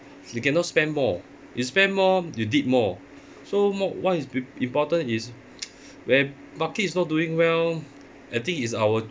you cannot spend more you spend more you dip more so mo~ what is bi~ important is when market is not doing well I think it's our